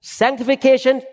sanctification